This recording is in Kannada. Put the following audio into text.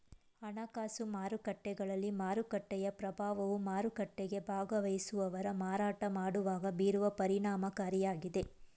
ಹಣಕಾಸು ಮಾರುಕಟ್ಟೆಗಳಲ್ಲಿ ಮಾರುಕಟ್ಟೆಯ ಪ್ರಭಾವವು ಮಾರುಕಟ್ಟೆಗೆ ಭಾಗವಹಿಸುವವರು ಮಾರಾಟ ಮಾಡುವಾಗ ಬೀರುವ ಪರಿಣಾಮಕಾರಿಯಾಗಿದೆ